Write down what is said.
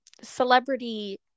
celebrity